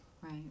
Right